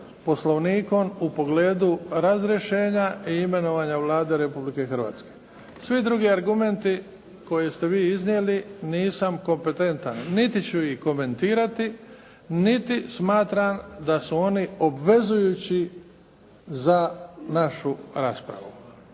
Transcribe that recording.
Poslovnikom u pogledu razrješenja i imenovanja Vlade Republike Hrvatske. Svi drugi argumenti koje ste vi iznijeli, nisam kompetentan niti ću ih komentirati, niti smatram da su oni obvezujući za našu raspravu.